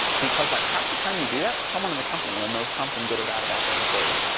because like half the time you do that, someone in the company will know something good or bad about that employee.